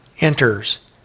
enters